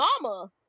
mama